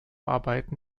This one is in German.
arbeiten